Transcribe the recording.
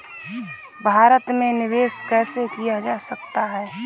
भारत में निवेश कैसे किया जा सकता है?